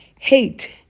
Hate